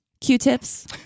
Q-tips